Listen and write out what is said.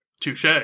touche